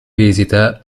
visite